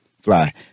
fly